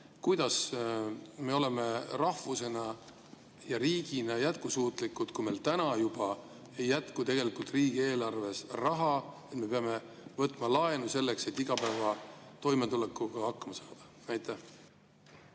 kuidas me oleme rahvusena ja riigina jätkusuutlikud, kui meil juba täna ei jätku tegelikult riigieelarves raha ja me peame võtma laenu selleks, et igapäeva toimetulekuga hakkama saada. Suur